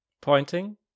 pointing